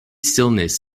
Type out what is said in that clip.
stillness